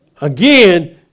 again